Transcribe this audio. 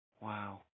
Wow